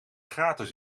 gratis